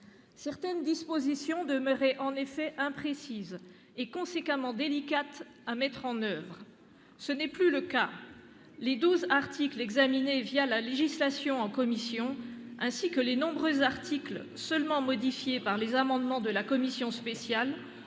Certaines dispositions demeuraient en effet imprécises, et conséquemment délicates à mettre en oeuvre. Ce n'est plus le cas. Les douze articles examinés la procédure de législation en commission, ainsi que les nombreux articles seulement modifiés par les amendements de la commission spéciale